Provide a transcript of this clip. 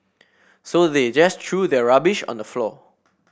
so they just threw their rubbish on the floor